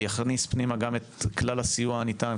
זה יכניס פנימה גם את כלל הסיוע הניתן,